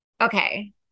Okay